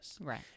Right